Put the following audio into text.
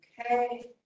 okay